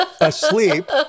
asleep